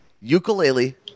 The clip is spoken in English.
ukulele